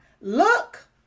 Look